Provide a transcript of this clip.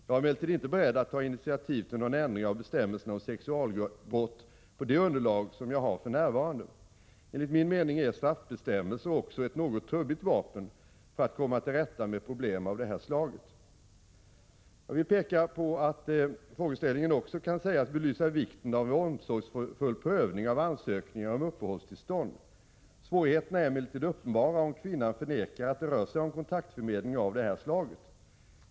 Jag är emellertid inte beredd att ta initiativ till någon ändring av bestämmelserna om sexualbrott på det underlag som jag har för närvarande. Enligt min mening är straffbestämmelser också ett något trubbigt vapen för att komma till rätta med problem av det här slaget. Jag vill peka på att frågeställningen också kan sägas belysa vikten av en omsorgsfull prövning av ansökningar om uppehållstillstånd. Svårigheterna är emellertid uppenbara om kvinnan förnekar att det rör sig om kontaktförmedling av det här slaget.